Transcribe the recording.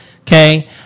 Okay